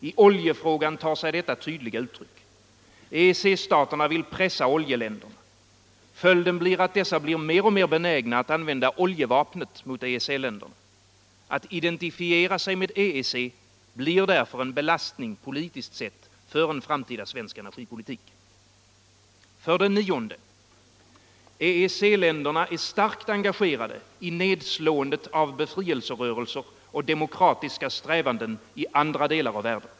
I oljefrågan tar sig detta tydliga uttryck. EEC-staterna vill pressa oljeländerna. Följden blir att dessa blir mer och mer benägna att använda oljevapnet mot EEC-länderna. Att identifiera sig med EEC blir därför en belastning politiskt sett för framtida svensk energipolitik. 9. EEC-länderna är starkt engagerade i nedslåendet av befrielserörelser och demokratiska strävanden i andra delar av världen.